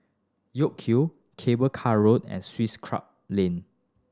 York Hill Cable Car Road and Swiss Club Lane